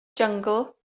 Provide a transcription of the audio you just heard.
jyngl